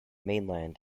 mainland